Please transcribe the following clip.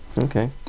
Okay